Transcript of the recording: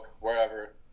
wherever